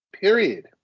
Period